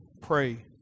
Pray